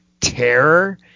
terror